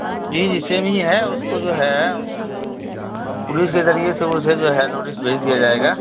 جی جی سیم ہی ہے اس کو جو ہے وہ پولیس کے ذریعے سے اسے جو ہے نوٹس بھیج دیا جائے گا